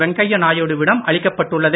வெங்கைய்யா நாயுடு விடம் அளிக்கப்பட்டுள்ளது